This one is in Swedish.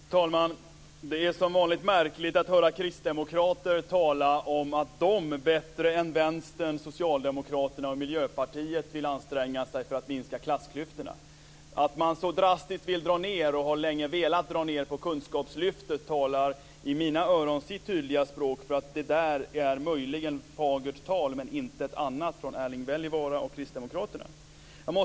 Fru talman! Det är som vanligt märkligt att höra kristdemokrater tala om att de bättre än Vänstern, Socialdemokraterna och Miljöpartiet vill anstränga sig för att minska klassklyftorna. Att man så drastiskt vill dra ned, och länge velat har dra ned, på Kunskapslyftet talar i mina öron sitt tydliga språk. Det är möjligen fagert tal men intet annat från Erling Wälivaara och Kristdemokraterna.